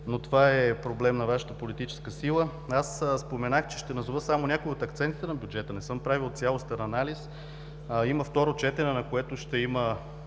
Но това е проблем на Вашата политическа сила. Аз споменах, че ще назова само някои от акцентите на бюджета, не съм правил цялостен анализ. Има второ четене, на което ще има